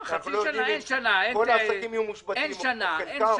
כל העסקים יהיו מושבתים, או חלקם.